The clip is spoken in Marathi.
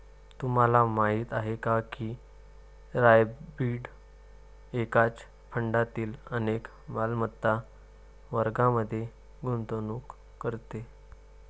तुम्हाला माहीत आहे का की हायब्रीड एकाच फंडातील अनेक मालमत्ता वर्गांमध्ये गुंतवणूक करते?